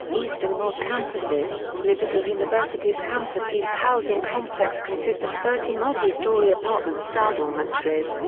east and north campuses liberty university's campus east housing complex consists of thirty multi-story apartment style dormitories,